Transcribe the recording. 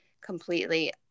completely